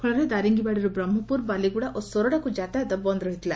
ଫଳରେ ଦାରିଙ୍ଗିବାଡ଼ିରୁ ବ୍ରହ୍କପୁର ବାଲିଗୁଡ଼ା ଓ ସୋରଡ଼ାକୁ ଯାତାୟାତ ବନ୍ଦ ରହିଥିଲା